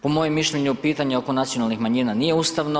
Po mojem mišljenju, pitanje oko nacionalnih manjina, nije ustavno.